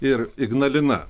ir ignalina